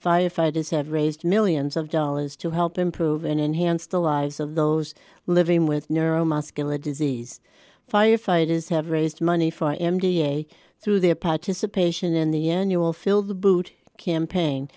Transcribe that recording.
firefighters have raised millions of dollars to help improve and enhance the lives of those living with neuromuscular disease firefighters have raised money for m d a through their participation in the end you will fill the boot campaign